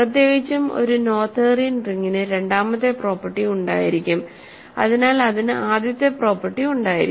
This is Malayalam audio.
പ്രത്യേകിച്ചും ഒരു നോതേറിയൻ റിങ്ങിന് രണ്ടാമത്തെ പ്രോപ്പർട്ടി ഉണ്ടായിരിക്കും അതിനാൽ അതിന് ആദ്യത്തെ പ്രോപ്പർട്ടി ഉണ്ടായിരിക്കും